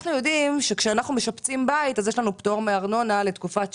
אנחנו יודעים שכשאנחנו משפצים בית יש לנו פטור מארנונה לתקופת שיפוץ,